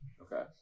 okay